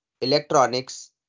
electronics